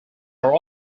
are